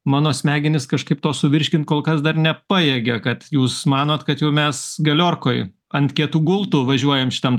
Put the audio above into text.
mano smegenys kažkaip to suvirškint kol kas dar nepajėgia kad jūs manot kad jau mes galiorkoj ant kietų gultų važiuojam šitam